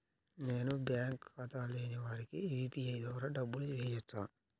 నేను బ్యాంక్ ఖాతా లేని వారికి యూ.పీ.ఐ ద్వారా డబ్బులు వేయచ్చా?